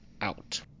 out